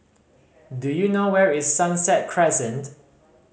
do you know where is Sunset Crescent